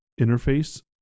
interface